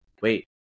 wait